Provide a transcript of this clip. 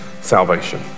salvation